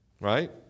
right